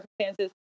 circumstances